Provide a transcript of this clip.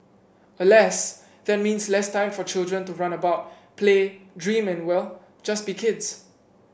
alas that means less time for children to run about play dream and well just be kids